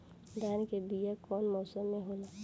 धान के बीया कौन मौसम में होला?